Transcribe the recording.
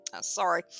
sorry